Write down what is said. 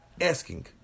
asking